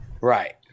Right